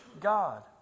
God